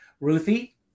Ruthie